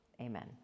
amen